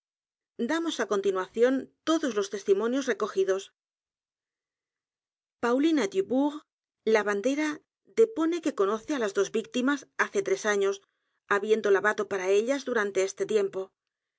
damos á continuación todos los testimonios recogidos paulina lubourg lavandera depone que conoce á las dos víctimas hace tres años habiendo lavado p a r a ellas durante ese tiempo